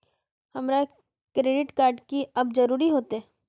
हमरा credit card की कब जरूरत होते?